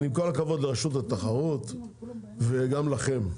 עם כל הכבוד לרשות התחרות וגם לכם.